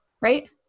right